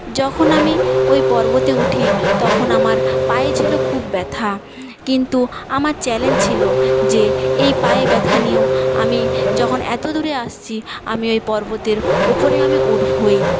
যখন আমি ওই পর্বতে উঠি তখন আমার পায়ে ছিল খুব ব্যথা কিন্তু আমার চ্যালেঞ্জ ছিল যে এই পায়ে ব্যথা নিয়েও আমি যখন এত দূরে আসছি আমি ওই পর্বতের উপরে আমি উঠবই